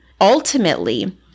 Ultimately